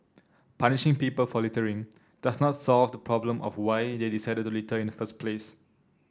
punishing people for littering does not solve the problem of why they decided to litter in the first place